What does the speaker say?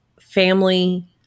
family